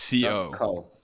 co